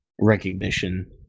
recognition